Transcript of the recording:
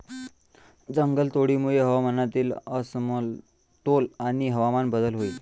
जंगलतोडीमुळे हवामानातील असमतोल आणि हवामान बदल होईल